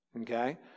okay